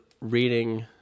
reading